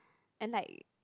and like